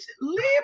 leave